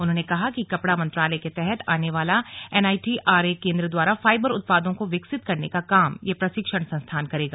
उन्होंने कहा कि कपड़ा मंत्रालय के तहत आने वाला N I T R A केन्द्र द्वारा फाइबर उत्पादों को विकसित करने का काम यह प्रशिक्षण संस्थान करेगा